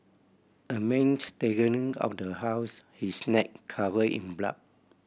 a man staggering out of the house his neck cover in blood